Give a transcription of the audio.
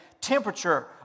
temperature